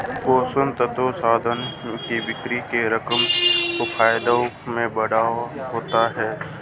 पोषक तत्व समाधान से बिक्री के रकम और फायदों में बढ़ावा होता है